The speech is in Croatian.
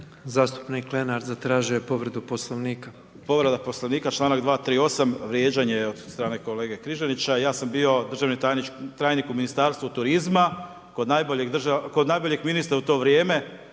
Zastupnik Lenart zatražio je povredu Poslovnika. **Lenart, Željko (HSS)** Povreda Poslovnika, članak 238. vrijeđanje od strane kolege Križanića. Ja sam bio državni tajnik u Ministarstvu turizma kod najboljeg ministra u to vrijeme,